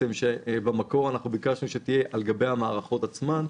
שבמקור ביקשנו שתהיה על גבי המערכות עצמן,